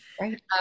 right